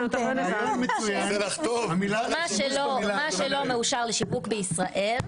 מה שלא מאושר לישראל,